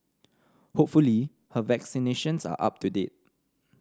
hopefully her vaccinations are up to date